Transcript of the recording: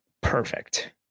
perfect